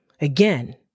Again